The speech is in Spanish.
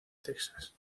texas